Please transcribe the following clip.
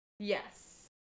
Yes